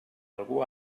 algú